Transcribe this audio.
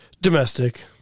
Domestic